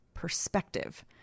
Perspective